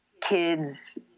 kids